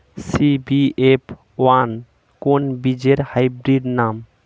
CBF one কোন বীজের hybrid নাম?